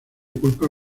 culpa